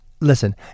Listen